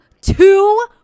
two